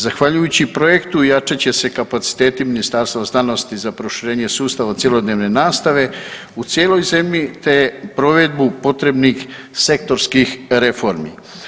Zahvaljujući projektu jačat će se kapaciteti Ministarstva znanosti za proširenje sustava cjelodnevne nastave u cijeloj zemlji, te provedbu potrebnih sektorskih reformi.